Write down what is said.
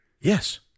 yes